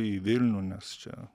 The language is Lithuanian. į vilnių nes čia